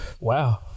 wow